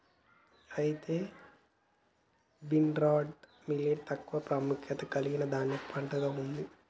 అయితే barnyard millet తక్కువ ప్రాముఖ్యత కలిగిన ధాన్యపు పంటగా ఉంది